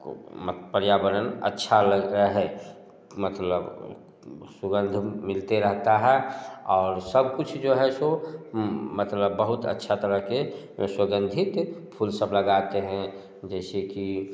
ओ पर्यावरण अच्छा लग रहा है मतलब सुगंध मिलते रहता है और सब कुछ जो है सो मतलब बहुत अच्छा तरह के सुगंधित फूल सब लगाते हैं जैसे कि